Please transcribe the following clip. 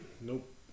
Nope